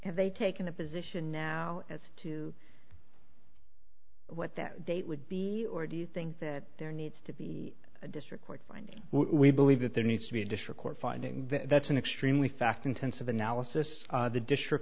have they taken the position now as to what that date would be or do you think that there needs to be a district court and we believe that there needs to be a district court finding that's an extremely fast intensive analysis the district